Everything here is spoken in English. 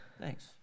Thanks